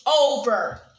over